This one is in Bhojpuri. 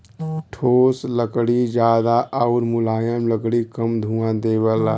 ठोस लकड़ी जादा आउर मुलायम लकड़ी कम धुंआ देवला